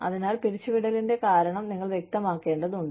അതിനാൽ പിരിച്ചുവിടലിന്റെ കാരണം നിങ്ങൾ വ്യക്തമാക്കേണ്ടതുണ്ട്